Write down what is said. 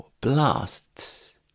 blasts